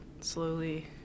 slowly